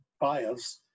buyers